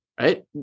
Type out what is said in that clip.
right